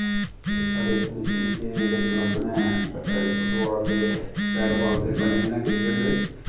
साढ़ै इत्थें निक्के निक्के जेह्ड़े क्लब न फुट्टबॉल दे बैटबॉल दे बने दे न क्रिकेट दे